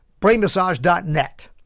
brainmassage.net